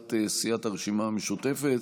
הצעת סיעת הרשימה המשותפת.